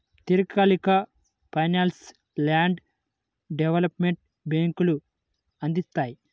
దీర్ఘకాలిక ఫైనాన్స్ను land development బ్యేంకులు అందిత్తాయి